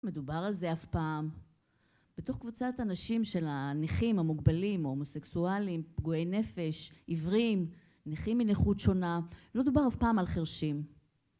מדובר על זה אף פעם, בתוך קבוצת אנשים של הנכים, המוגבלים, הומוסקסואלים, פגועי נפש, עוורים, נכים עם נכות שונה, לא דובר אף פעם על חרשים.